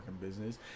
business